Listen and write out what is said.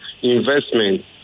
investment